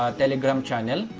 ah telegram channel.